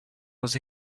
was